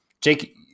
Jake